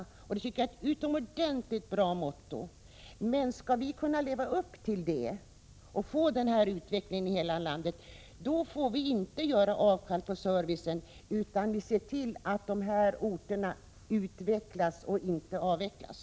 Det tycker jag är ett utomordentligt bra motto, men om vi skall kunna leva upp till det och få denna utveckling i hela landet, då får vi inte göra avkall på servicen, utan vi måste se till att orterna utvecklas och inte avvecklas.